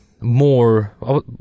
more